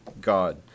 God